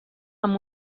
amb